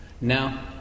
Now